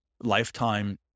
lifetime